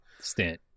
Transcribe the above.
stint